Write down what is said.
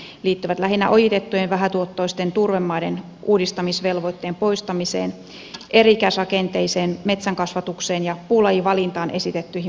ne liittyvät lähinnä ojitettujen vähätuottoisten turvemaiden uudistamisvelvoitteen poistamiseen eri ikäisrakenteisen metsän kasvatukseen ja puulajin valintaan esitettyihin muutoksiin